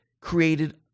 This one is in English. created